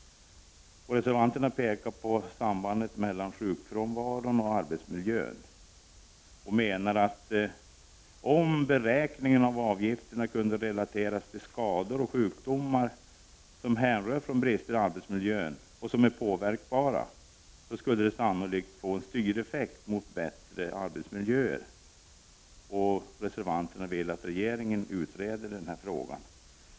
Reservanterna pekar på sambandet mellan sjukfrånvaro och arbetsmiljö och menar att om beräkningen av avgifterna kunde relateras till skador och sjukdomar som härrör från brister i arbetsmiljön som är påverkbara, skulle det sannolikt få effekt när det gäller att förbättra arbetsmiljön. Reservanterna vill att regeringen skall utreda frågan.